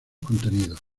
contenidos